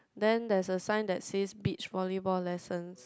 then there is a sign that says beach volleyball lessons